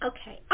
Okay